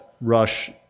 rush